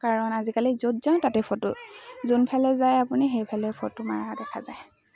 কাৰণ আজিকালি য'ত যাওঁ তাতেই ফটো যোনফালে যায় আপুনি সেইফালে ফটো মাৰা দেখা যায়